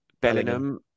Bellingham